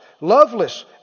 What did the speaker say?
loveless